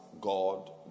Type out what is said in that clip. God